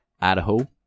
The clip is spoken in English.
Idaho